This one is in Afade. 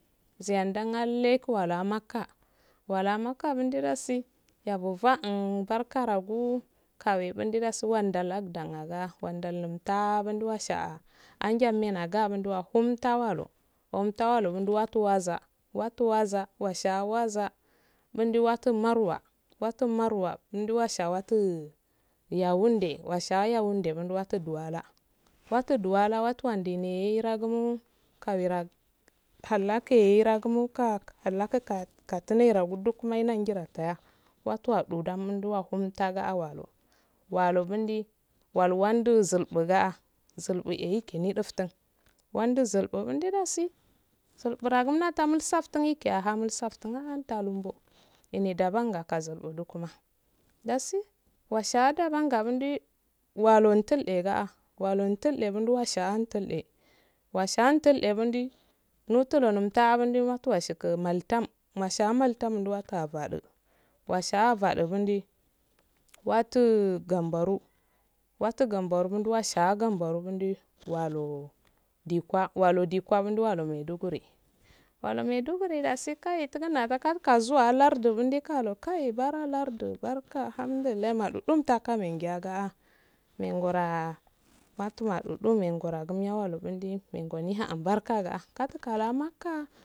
Siyanddan aleh su aluwa makkah kaluwa makkkah doh dasi enfu barka rogu kowandi dasi wadda laddan aga wandda unttah munduwa sha'ah annjamenna ahn homttawalo homttawalo gu mudu waza wattu waza washa waza mundu watty marwa wattu marwa umdu wash'a wattu vawindde washa yawindde do mattu duwala wattu duwala wattu wanddu nera gu kallaku katunersu duk nengirttaya wattu adudan muntagawalo walo su ndi walo walunda mzuh dungaah zulbu ikili dufttun wonda zulpddu do dasi zulbura ah gumnati do mulsafttun moikeyahan moilsaftun ah tanlunggo ene dabangga kazubu dungunmmna dasi wash'a daban gga mindu walo tildde nga'ah walo tidde munduwa sha'ah tiddle washa'a tildde eh mundii numttulo munttah mutuwa washaga malttam mash'a malttan do wattu afadu wash'ah afadu mundi wattu gan baru watt gaubaru nundi wattu gambaru mundi walu dikwa walu dikwa muduwalu maidagari walu maiduguri dasi kowai dugum kalkazuwa larddu mundi kaluwokayi bara larddu barkka hamddullahi madudum mtaka mengi yaya ah mengurah wattu madu duwa mengorah zum yam waludum mengoh ndi ha un barka.